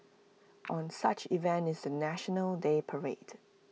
one such event is the National Day parade